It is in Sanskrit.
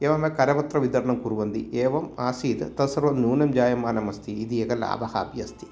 एवं करपत्रवितरणं कुर्वन्ति एवम् आसीत् तस्सर्वं नूनं जायमानम् अस्ति इति एकः लाभः अपि अस्ति